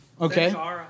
Okay